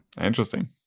Interesting